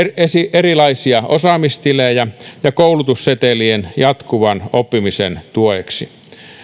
erilaisia osaamistilejä ja koulutussetelejä jatkuvan oppimisen tueksi